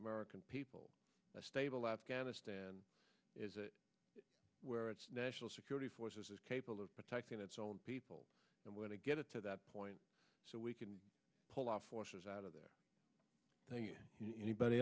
american people a stable afghanistan is where it's national security forces is capable of protecting its own people and when to get it to that point so we can pull out forces out of there